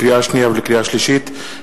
לקריאה שנייה ולקריאה שלישית,